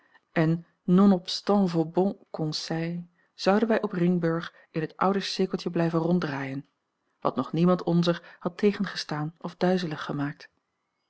en nonobstant vos bons conseils zouden wij op ringburg in het oude cirkeltje blijven ronddraaien wat nog a l g bosboom-toussaint langs een omweg niemand onzer had tegengestaan of duizelig gemaakt